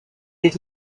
est